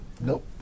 Nope